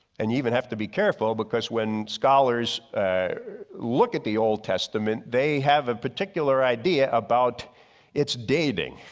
and even have to be careful because when scholars look at the old testament, they have a particular idea about its dating.